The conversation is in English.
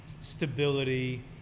stability